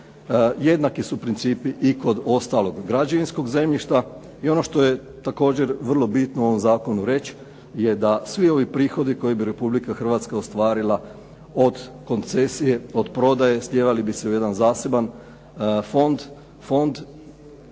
Jednaki su principi i kod ostalog građevinskog zemljišta i ono što je također vrlo bitno o ovom zakonu reć je da svi ovi prihodi koje bi Republika Hrvatska ostvarila od koncesije, od prodaje, slijevali bi se u jedan zaseban fond, fond